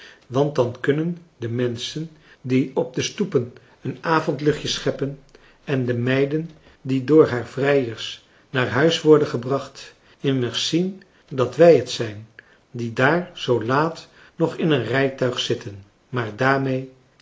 want dan kunnen de menschen die op de stoepen een avondluchtje scheppen en de meiden die door haar vrijers naar huis worden gebracht immers zien dat wij het zijn die daar zoo laat nog in een rijtuig zitten maar daarmee